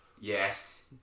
yes